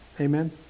Amen